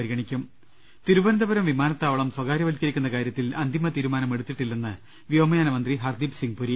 പരിഗണിക്കും തിരുവനന്തപുരം വിമാനത്താവളം സ്ഥകാര്യവൽക്കരിക്കുന്ന കാര്യത്തിൽ അന്തിമ തീരുമാനമെടുത്തിട്ടില്ലെന്ന് വ്യോമയാന മന്ത്രി ഹർദീപ് സിംഗ് പുരി